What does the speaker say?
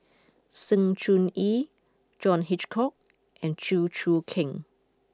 Sng Choon Yee John Hitchcock and Chew Choo Keng